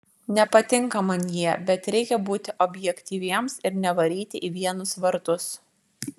nepatinka man jie bet reikia būti objektyviems ir nevaryti į vienus vartus